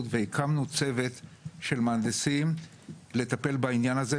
והקמנו צוות של מהנדסים לטפל בעניין הזה,